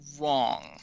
wrong